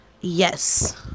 yes